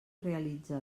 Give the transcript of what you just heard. realitze